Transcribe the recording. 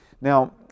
Now